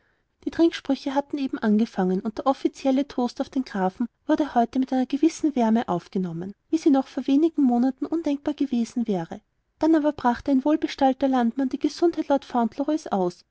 die trinksprüche hatten eben angefangen und der offizielle toast auf den grafen wurde heute mit einer gewissen wärme aufgenommen wie sie noch vor wenig monaten undenkbar gewesen wäre dann aber brachte ein wohlbestallter landmann die gesundheit lord fauntleroys aus